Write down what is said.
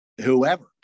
whoever